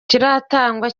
kiratangwa